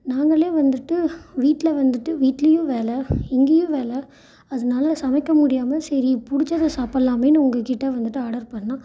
நாங்களே வந்துவிட்டு வீட்டில் வந்துவிட்டு வீட்லேயும் வேலை இங்கேயும் வேலை அதனால் சமைக்க முடியாமல் சரி பிடிச்சத சாப்பிட்லாமேன்னு உங்கக்கிட்டே வந்துவிட்டு ஆடர் பண்ணால்